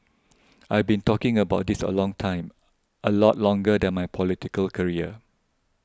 I've been talking about this a long time a lot longer than my political career